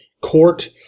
court